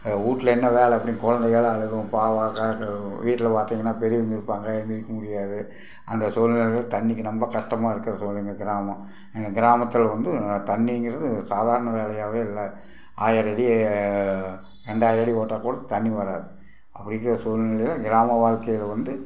வீட்ல என்ன வேலை அப்படின்னு குழந்தை எல்லாம் அழும் பாவம் வீட்டில் பார்த்தீங்கன்னா பெரியவங்க இருப்பாங்க எழுந்திரிக்க முடியாது அந்த சூழ்நிலையில் தண்ணிக்கு நம்ம கஷ்டமாக இருக்கிற சூழ்நிலை கிராமம் எங்கள் கிராமத்தில் வந்து தண்ணிங்கிறது சாதாரண வேலையாகவே இல்லை ஆயிரம் அடி ரெண்டாயிரம் அடி போட்டால் கூடும் தண்ணி வராது அப்படி இருக்கிற சூழ்நிலையில் கிராம வாழ்க்கையில் வந்து